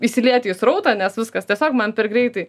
įsilieti į srautą nes viskas tiesiog man per greitai